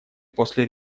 после